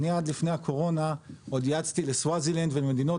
אני עד לפני הקורונה עוד ייעצתי לסווזילנד ולמדינות,